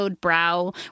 brow